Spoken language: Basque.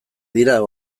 dira